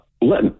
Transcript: Let